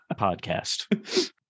podcast